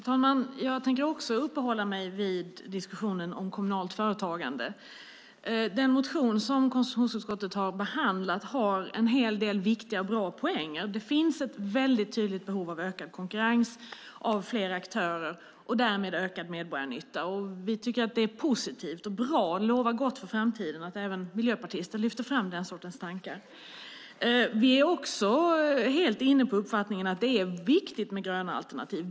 Herr talman! Jag tänker också uppehålla mig vid diskussionen om kommunalt företagande. Den motion som konstitutionsutskottet har behandlat har en hel del viktiga och bra poänger. Det finns ett tydligt behov av ökad konkurrens av flera aktörer och därmed ökad medborgarnytta. Vi tycker att det är positivt och lovar gott för framtiden att även miljöpartister lyfter fram den sortens tankar. Vi är också helt inne på uppfattningen att det är viktigt med gröna alternativ.